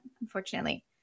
Unfortunately